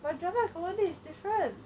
but drama and comedy is different